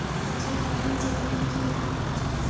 पशुपालन से की की लाभ होचे?